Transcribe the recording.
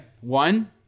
One